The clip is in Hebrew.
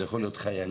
זה יכול להיות חיילים,